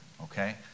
okay